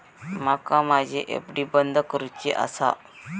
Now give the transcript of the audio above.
माका माझी एफ.डी बंद करुची आसा